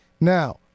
Now